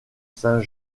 saint